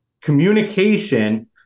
communication